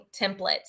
templates